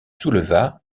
souleva